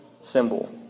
symbol